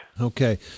Okay